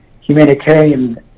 humanitarian